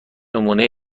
نمونه